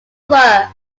over